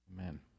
Amen